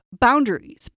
boundaries